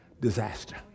disaster